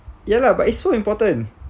ya lah but it's so important